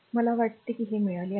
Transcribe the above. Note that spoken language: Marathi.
मला वाटते की ते मिळाले आहे